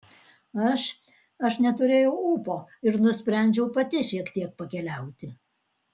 aš aš neturėjau ūpo ir nusprendžiau pati šiek tiek pakeliauti